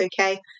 okay